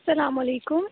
السّلام علیکم